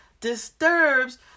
disturbs